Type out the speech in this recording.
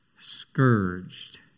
Scourged